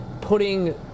putting